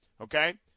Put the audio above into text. okay